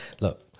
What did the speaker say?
Look